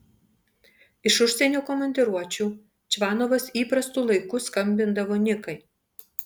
iš užsienio komandiruočių čvanovas įprastu laiku skambindavo nikai